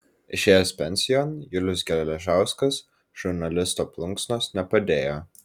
išėjęs pensijon julius geležauskas žurnalisto plunksnos nepadėjo